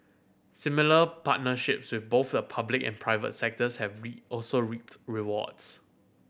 similar partnerships with both the public and private sectors have be also reaped rewards